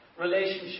Relationship